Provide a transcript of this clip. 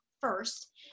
first